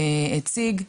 שאיצו הציג.